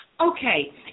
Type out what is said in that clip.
Okay